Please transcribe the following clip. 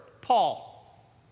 Paul